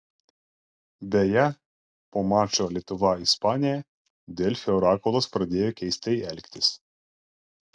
beje po mačo lietuva ispanija delfi orakulas pradėjo keistai elgtis